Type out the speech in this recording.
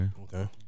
Okay